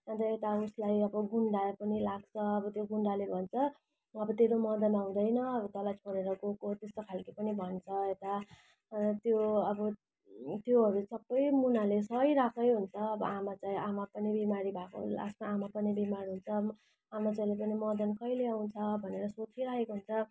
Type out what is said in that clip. अन्त यता अब उसलाई गुन्डा पनि लाग्छ त्यो गुन्डाले पनि भन्छ अब तेरो मदन आउँदैन अब तलाई छोडेर गएको त्यस्तो खालके पनि भन्छ यता त्यो अब त्योहरू सबै मुनाले सहिरहेकै हुन्छ आमा चाहिँ आमा पनि बिमारी भएको लास्टमा आमा पनि बिमार हुन्छ आमा चाहिँले पनि मदन कहिले आउँछ भनेर सोचिरहेको हुन्छ